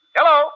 Hello